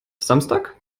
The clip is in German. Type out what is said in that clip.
samstag